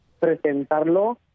presentarlo